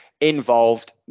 involved